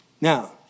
Now